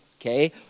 okay